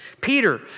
Peter